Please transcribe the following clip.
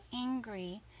angry